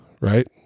right